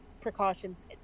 precautions